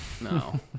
No